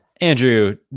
Andrew